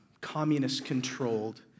communist-controlled